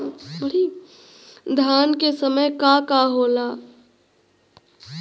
धान के समय का का होला?